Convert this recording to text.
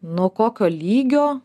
nuo kokio lygio